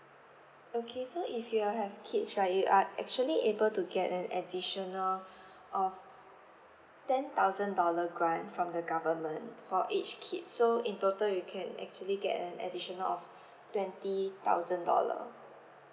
okay so if you have kids right you are actually able to get an additional of ten thousand dollar grant from the government for each kid so in total you can actually get an additional of twenty thousand dollar